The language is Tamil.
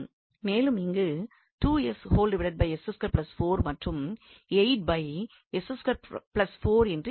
மேலும் இங்கு மற்றும் என்று எழுதுகின்றோம்